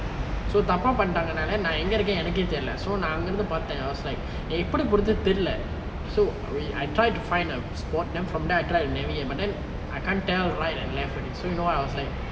so தப்பா பண்ணிட்டாங்க நால நா எங்க இருக்கேன் எனக்கெ தெரில நா அங்கெருந்து பாத்தேன்:thappaa pannitange naale enakku therile naa aggerunthu paathen so I was like so I try to find a spot then from there I try to navigate then but then I can't tell right and left for this so you know what I was like